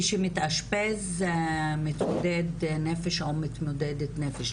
כאשר מתאשפז מתמודד נפש או מתמודדת נפש,